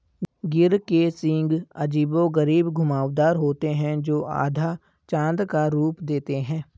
गिर के सींग अजीबोगरीब घुमावदार होते हैं, जो आधा चाँद का रूप देते हैं